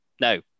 No